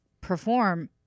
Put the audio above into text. perform